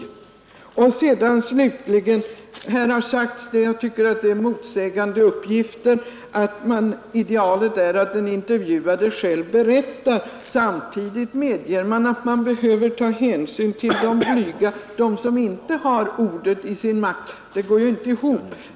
Slutligen vill jag peka på att det här har lämnats enligt min mening motsägande uppgifter, nämligen att idealet är att den intervjuade själv berättar om sin inställning samtidigt som man medger att hänsyn behöver tas till dem som är blyga och inte har ordet i sin makt. Detta går inte ihop.